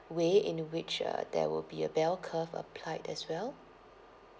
way in a which uh there will be a bell curve applied as well